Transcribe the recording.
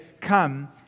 Come